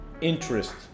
interest